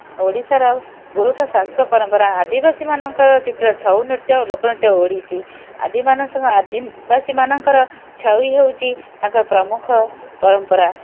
ଓଡ଼ିଶାର ଗୁରୁତ୍ୱ ସାଂସ୍କୃତିକ ପରମ୍ପରା ଆଦିବାସୀମାନଙ୍କର ଚିତ୍ର ଛଉ ନୃତ୍ୟ ଓ ଲୋକନୃତ୍ୟ ଓଡ଼ିଶୀ ଆଦିବାସୀମାନଙ୍କର ଛଉ ହେଉଛି ତାଙ୍କର ପ୍ରମୁଖ ପରମ୍ପରା